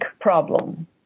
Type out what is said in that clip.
problem